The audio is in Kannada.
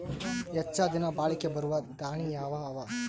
ಹೆಚ್ಚ ದಿನಾ ಬಾಳಿಕೆ ಬರಾವ ದಾಣಿಯಾವ ಅವಾ?